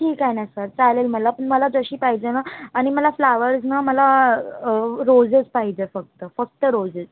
ठीक आहे ना सर चालेल मला पण मला जशी पाहिजे ना आणि मला फ्लावर्स ना मला रोजेस पाहिजे फक्त फक्त रोजेस